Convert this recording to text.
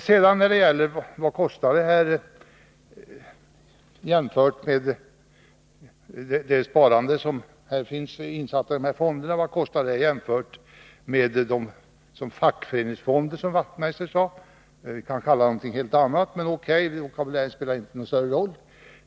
Sedan kan man diskutera vad fondsparandet kostar jämfört med det som herr Wachtmeister kallade fackföreningsfonder. Vi kan kalla dem något helt annat, men vokabulären spelar inte någon större roll.